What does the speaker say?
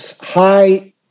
high